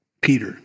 Peter